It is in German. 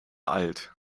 alt